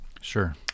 Sure